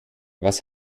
was